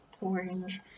orange